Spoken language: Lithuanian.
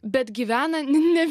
bet gyvena ne